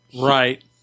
Right